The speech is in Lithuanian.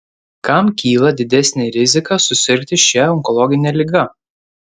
kam kyla didesnė rizika susirgti šia onkologine liga